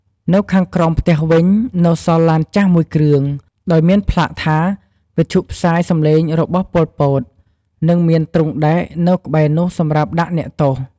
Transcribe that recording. នៅខាងក្រោមផ្ទះវិញ នៅសល់ឡានចាស់មួយគ្រឿង ដោយមានផ្លាកថា វិទ្យុផ្សាយសំលេងរបស់ ប៉ុល ពត និងមានទ្រុងដែកនៅក្បែរនោះសម្រាប់ដាក់អ្នកទោស។